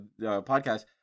podcast